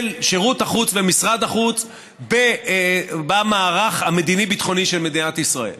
של שירות החוץ ומשרד החוץ במערך המדיני-ביטחוני של מדינת ישראל.